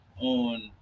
on